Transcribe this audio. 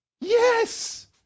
Yes